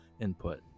input